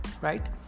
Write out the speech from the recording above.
right